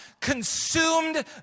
consumed